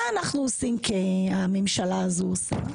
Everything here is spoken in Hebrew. מה הממשלה הזו עושה.